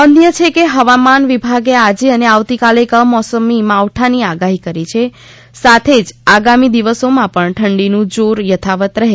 નોંધનીય છે કે હવામાન વિભાગે આજે અને આવતીકાલે કમોસમી માવઠાંની આગાહી કરી છે સાથે જ આગામી દિવસોમાં પણ ઠંડીનું જોરમાં આંસિક ઘટાડો થશે